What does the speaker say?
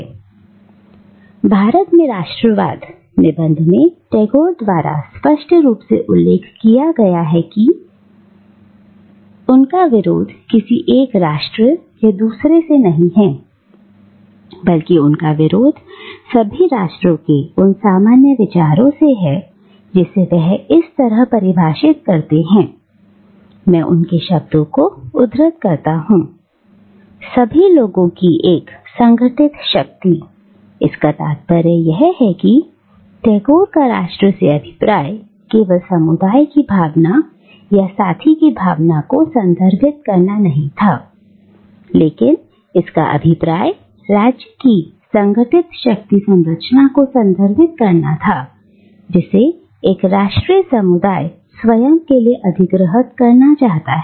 "भारत में राष्ट्रवाद" निबंध में टैगोर द्वारा स्पष्ट रूप से उल्लेख किया गया है कि उनका विरोध किसी एक राष्ट्र या दूसरे से नहीं है बल्कि उनका विरोध सभी राष्ट्रों के उन सामान्य विचारों से है जिसे वह इस तरह परिभाषित करते हैं मैं उनके शब्दों को उद्धृत करता हूं " सभी लोगों की एक संगठित शक्ति" इसका तात्पर्य यह है कि टैगोर का राष्ट्र से अभिप्राय केवल समुदाय की भावना या साथी की भावना को संदर्भित करना नहीं था लेकिन इसका अभिप्राय राज्य की संगठित शक्ति संरचना को संदर्भित करना था जिसे एक राष्ट्रीय समुदाय स्वयं के लिए अधिग्रहित करना चाहता है